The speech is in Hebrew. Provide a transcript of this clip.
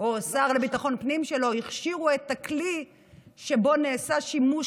או השר לביטחון פנים שלו הכשירו את הכלי שבו נעשה שימוש,